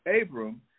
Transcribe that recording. abram